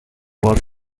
was